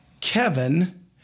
Kevin